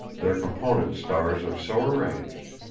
their component stars are so arranged,